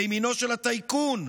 לימינו של הטייקון,